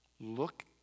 Look